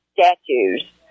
statues